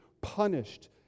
punished